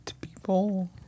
people